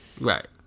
Right